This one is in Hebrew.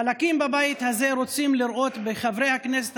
חלקים בבית הזה רוצים לראות בחברי הכנסת